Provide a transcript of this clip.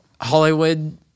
Hollywood